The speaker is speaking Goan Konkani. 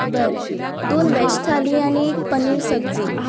बरें दोन वॅज थाली आनी एक पनीर सब्जी